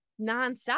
nonstop